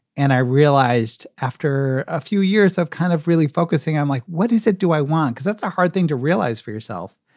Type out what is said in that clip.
and i realized after a few years, i've kind of really focusing on like, what is it do i want? because that's a hard thing to realize for yourself.